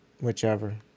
Whichever